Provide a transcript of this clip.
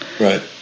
right